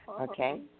okay